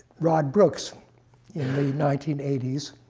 rod brooks in the nineteen eighty s